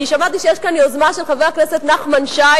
כי שמעתי שיש כאן יוזמה של חבר הכנסת נחמן שי